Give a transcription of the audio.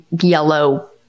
yellow